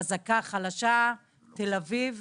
חזקה, חלשה, תל אביב